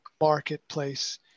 marketplace